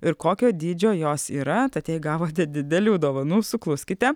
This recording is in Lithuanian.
ir kokio dydžio jos yra tad jei gavote didelių dovanų sukluskite